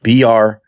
br